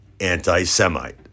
anti-Semite